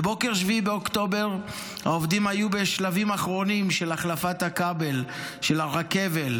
בבוקר 7 באוקטובר העובדים היו בשלבים אחרונים של החלפת הכבל של הרכבל,